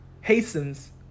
hastens